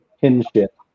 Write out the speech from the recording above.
kinship